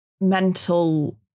mental